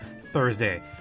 Thursday